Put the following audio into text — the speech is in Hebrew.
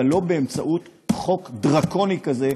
אבל לא באמצעות חוק דרקוני כזה,